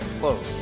close